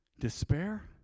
Despair